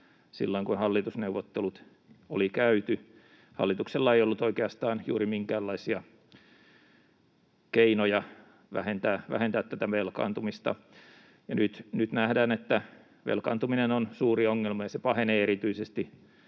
silloin, kun hallitusneuvottelut oli käyty. Hallituksella ei ollut oikeastaan juuri minkäänlaisia keinoja vähentää tätä velkaantumista. Nyt nähdään, että velkaantuminen on suuri ongelma, ja se pahenee erityisesti